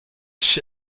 ich